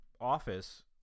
office